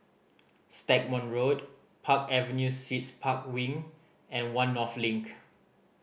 Stagmont Road Park Avenue Suites Park Wing and One North Link